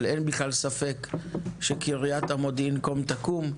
אבל אין בכלל ספק שקריית המודיעין קום תקום.